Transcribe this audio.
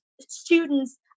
students